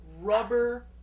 rubber